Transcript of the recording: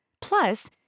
Plus